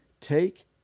Take